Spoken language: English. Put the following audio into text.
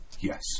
Yes